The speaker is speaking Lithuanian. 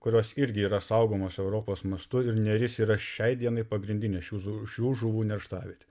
kurios irgi yra saugomos europos mastu ir neris yra šiai dienai pagrindinė šių žu šių žuvų nerštavietė